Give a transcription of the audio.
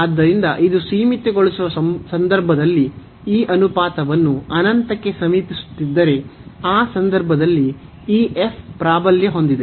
ಆದ್ದರಿಂದ ಇದು ಸೀಮಿತಗೊಳಿಸುವ ಸಂದರ್ಭದಲ್ಲಿ ಈ ಅನುಪಾತವನ್ನು ಅನಂತಕ್ಕೆ ಸಮೀಪಿಸುತ್ತಿದ್ದರೆ ಆ ಸಂದರ್ಭದಲ್ಲಿ ಈ ಪ್ರಾಬಲ್ಯ ಹೊಂದಿದೆ